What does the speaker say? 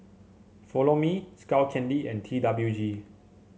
Follow Me Skull Candy and T WG